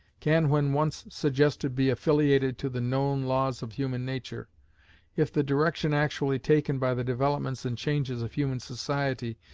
can when once suggested be affiliated to the known laws of human nature if the direction actually taken by the developments and changes of human society,